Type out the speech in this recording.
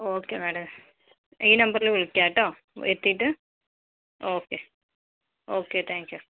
okay madam ഈ നമ്പറില് വിളിക്ക്യാട്ടൊ എത്തീട്ട് ഓക്കേ ഓക്കേ താങ്ക് യൂ